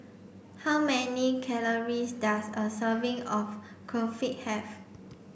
how many calories does a serving of Kulfi have